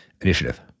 Initiative